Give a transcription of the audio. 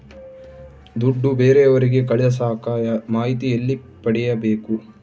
ದುಡ್ಡು ಬೇರೆಯವರಿಗೆ ಕಳಸಾಕ ಮಾಹಿತಿ ಎಲ್ಲಿ ಪಡೆಯಬೇಕು?